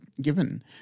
given